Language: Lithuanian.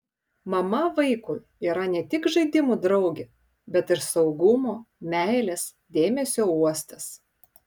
mama vaikui yra ne tik žaidimų draugė bet ir saugumo meilės dėmesio uostas